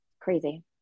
Crazy